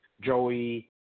Joey